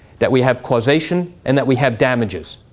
that we have causation and that we have damages.